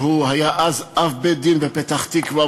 שהיה אז אב בית-דין בפתח-תקווה,